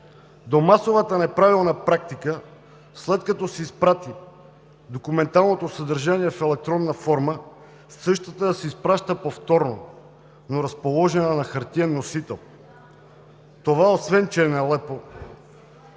до масовата неправилна практика – след като се изпрати документалното съдържание в електронна форма, същата да се изпраща повторно, но разположена на хартиен носител. Това, освен че е нелепо,